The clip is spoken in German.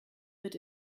wird